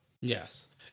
Yes